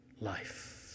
life